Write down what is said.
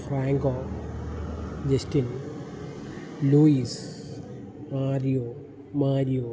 franco justin luis mario